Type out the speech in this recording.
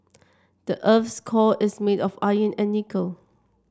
the earth's core is made of iron and nickel